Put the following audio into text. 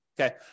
Okay